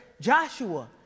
Joshua